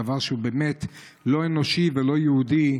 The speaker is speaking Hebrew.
זה דבר שהוא באמת לא אנושי ולא יהודי,